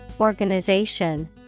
organization